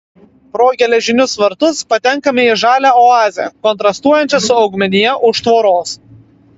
pro geležinius vartus patenkame į žalią oazę kontrastuojančią su augmenija už tvoros